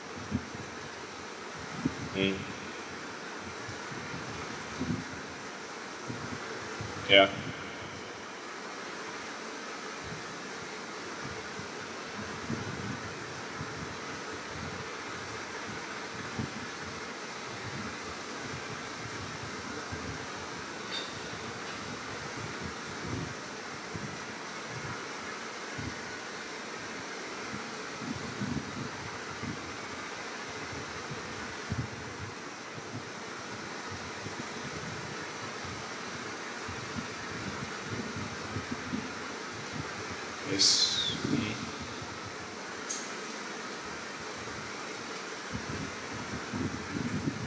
mm ya it is mm